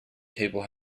table